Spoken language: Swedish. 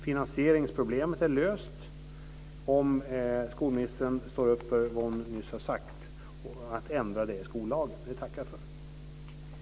Finansieringsproblemet är löst, om skolministern står upp för det hon nyss sade, nämligen att ändra i skollagen. Det tackar jag för.